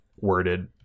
worded